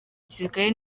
gisirikare